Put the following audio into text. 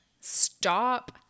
stop